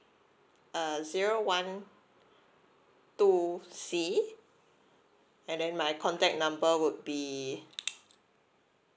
uh zero one two C and then my contact number would be